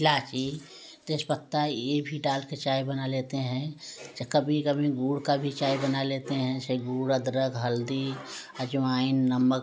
इलायची तेजपत्ता यह भी डाल कर चाय बना लेते हैं अच्छा कभी कभी गुड़ का भी चाय बना लेते हैं जैसे गुड़ अदरक हल्दी अजवाइन नमक